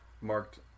marked